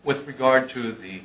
with regard to the